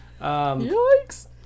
yikes